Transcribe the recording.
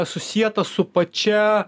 susieta su pačia